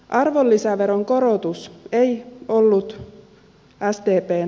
arvonlisäveron korotus ei ollut sdpn tavoite